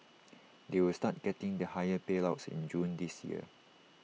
they will start getting the higher payouts in June this year